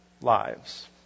lives